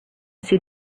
see